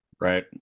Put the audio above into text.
Right